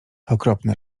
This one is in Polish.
okropne